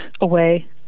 away